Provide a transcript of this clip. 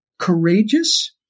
courageous